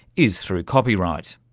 is through copyright.